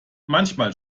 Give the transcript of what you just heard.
manchmal